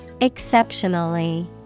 Exceptionally